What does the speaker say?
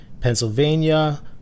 Pennsylvania